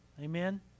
Amen